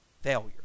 failure